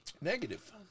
Negative